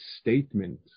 statement